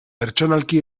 pertsonalki